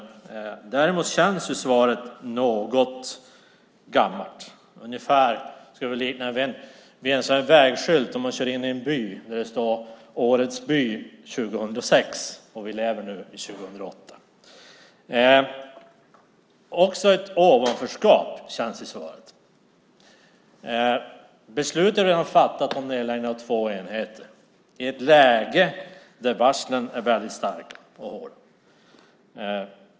Men svaret känns något gammalt. Jag skulle vilja likna det vid en vägskylt, om man kör in i en by där det står "Årets by 2006" och vi nu lever i 2009. Också ett ovanförskap känns i svaret. Beslut är redan fattat om nedläggning av två enheter i ett läge där varslen är väldigt starka och hårda.